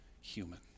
human